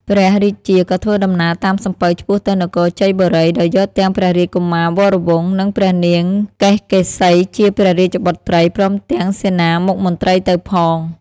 ព្រះរាជាក៏ធ្វើដំណើរតាមសំពៅឆ្ពោះទៅនគរជ័យបូរី ដោយយកទាំងព្រះរាជកុមារវរវង្ស នឹងព្រះនាងកេសកេសីជាព្រះរាជបុត្រី ព្រមទាំងសេនាមុខមន្ត្រីទៅផង។